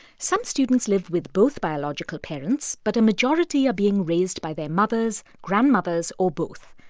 some students live with both biological parents, but a majority are being raised by their mothers, grandmothers or both.